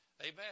Amen